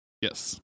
yes